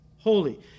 Holy